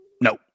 No